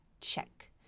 Check